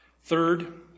Third